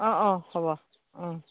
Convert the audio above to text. অঁ অঁ হ'ব